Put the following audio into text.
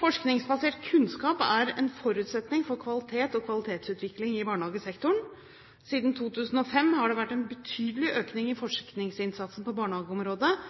Forskningsbasert kunnskap er en forutsetning for kvalitet og kvalitetsutvikling i barnehagesektoren. Siden 2005 har det vært en betydelig økning i forskningsinnsatsen på barnehageområdet,